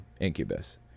Incubus